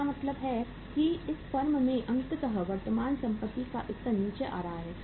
इसका मतलब है कि इस फर्म में भी अंततः वर्तमान संपत्ति का स्तर नीचे आ रहा है